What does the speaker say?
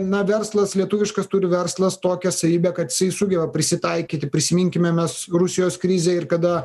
na verslas lietuviškas turi verslas tokią savybę kad jisai sugeba prisitaikyti prisiminkime mes rusijos krizę ir kada